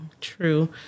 true